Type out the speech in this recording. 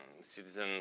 citizen